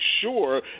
sure